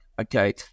okay